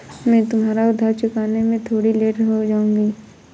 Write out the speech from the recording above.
मैं तुम्हारा उधार चुकाने में थोड़ी लेट हो जाऊँगी